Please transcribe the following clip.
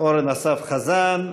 אורן אסף חזן,